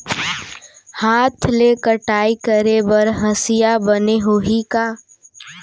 हाथ ले कटाई करे बर हसिया बने होही का?